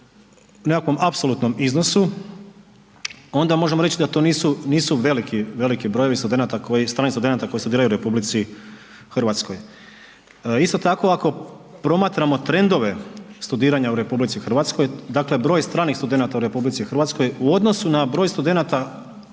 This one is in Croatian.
nekakvom apsolutnom iznosu onda možemo reći da to nisu veliki brojevi stranih studenata koji studiraju u RH. Isto tako ako promatramo trendove studiranja u RH, dakle broj stranih studenata u RH u odnosu na broj studenata